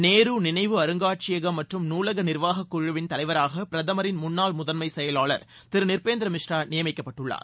நேரு நினைவு அருங்காட்சியகம் மற்றும் நூலக நிர்வாக குழுவின் தலைவராக பிரதமரின் முன்னாள் முதன்மை செயலாளர் திரு நிர்பேந்திர மிஸ்ரா நியமிக்கப்பட்டுள்ளார்